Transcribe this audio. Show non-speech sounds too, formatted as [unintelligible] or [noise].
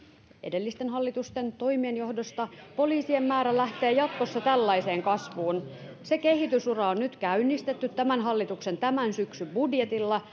edellisten hallitusten toimien johdosta poliisien määrä lähtee jatkossa tällaiseen kasvuun se kehitysura on nyt käynnistetty tämän hallituksen tämän syksyn budjetilla [unintelligible]